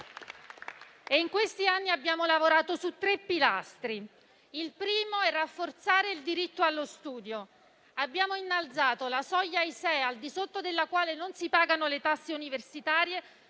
In questi anni abbiamo lavorato su tre pilastri. Il primo è rafforzare il diritto allo studio: abbiamo innalzato la soglia ISEE al di sotto della quale non si pagano le tasse universitarie